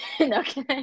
okay